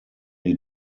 die